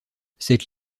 cette